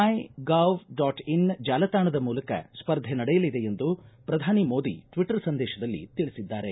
my gov dot in ಜಾಲತಾಣದ ಮೂಲಕ ಸ್ಪರ್ಧೆ ನಡೆಯಲಿದೆ ಎಂದು ಪ್ರಧಾನಿ ಮೋದಿ ಟ್ವಟರ್ ಸಂದೇಶದಲ್ಲಿ ತಿಳಿಸಿದ್ದಾರೆ